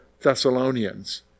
Thessalonians